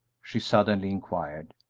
she suddenly inquired.